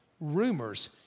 rumors